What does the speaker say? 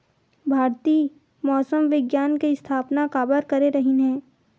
भारती मौसम विज्ञान के स्थापना काबर करे रहीन है?